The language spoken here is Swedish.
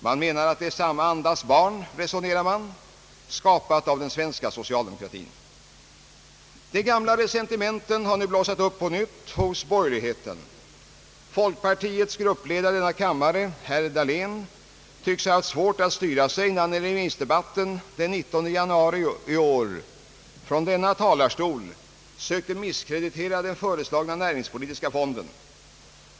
Man menar att den är samma andas barn, skapad av den svenska socialdemokratin. De gamla resentimenten har blossat upp på nytt hos borgerligheten. Folkpartiets gruppledare i denna kammare, herr Dahlén, tycks ha haft svårt att styra sig, när han i remissdebatten den 19 januari i år från denna talarstol sökte misskreditera den föreslagna näringspolitiska fonden.